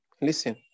Listen